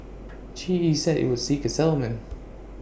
G E said IT would seek A settlement